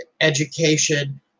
education